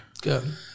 Good